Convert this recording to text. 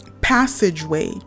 passageway